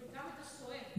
וגם את הסוהר.